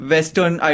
Western